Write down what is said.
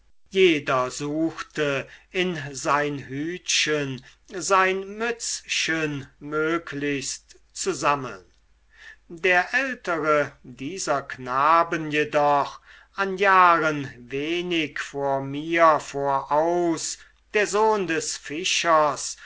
jeder suchte in sein hütchen sein mützchen möglichst zu sammeln der ältere dieser knaben jedoch an jahren wenig vor mir voraus der sohn des fischers